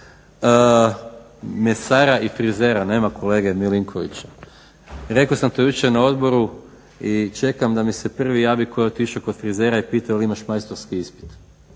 mesara i frizera, nema kolege Milinkovića. Rekao sam to jučer na odboru i čekam da mi se prvi javi koji je otišao kod frizera i pitao imaš li majstorski ispit.